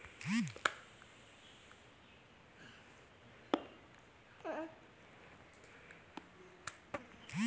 मुझे लहसुन का अचार बहुत पसंद है लहसुन को रोजाना सब्जी में डाला जाता है